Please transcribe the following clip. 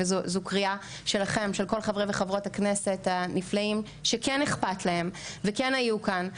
וזו קריאה של כל חברי וחברות הכנסת הנפלאים שכן איכפת להם וכן היו כאן.